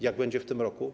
Jak będzie w tym roku?